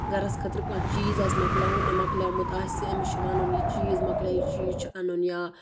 گَرَس خٲطرٕ کانٛہہ چیٖز آسہِ مَکلاوُن مَکلیومُت آسہِ أمِس چھُ وَنُن یہِ چیٖز مَکلیو یہِ چیٖز چھِ اَنُن یا